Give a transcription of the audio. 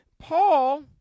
Paul